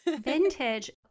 vintage